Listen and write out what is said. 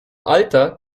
alter